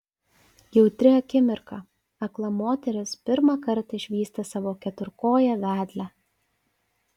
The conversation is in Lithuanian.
jautri akimirka akla moteris pirmąkart išvysta savo keturkoję vedlę